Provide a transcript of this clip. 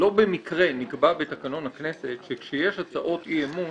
שלא במקרה נקבע בתקנון הכנסת שכשיש הצעות אי אמון